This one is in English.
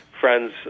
friends